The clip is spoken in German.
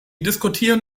diskutieren